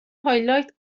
هایلایت